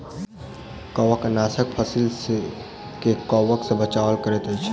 कवकनाशक फसील के कवक सॅ बचाव करैत अछि